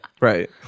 Right